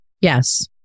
Yes